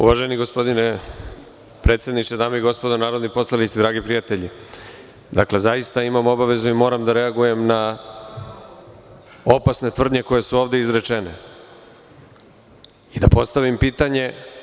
Uvaženi gospodine predsedniče, dame i gospodo narodni poslanici, dragi prijatelji, zaista imam obavezu i moram da reagujem na opasne tvrdnje koje su ovde izrečene i da postavim pitanje.